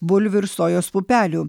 bulvių ir sojos pupelių